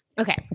Okay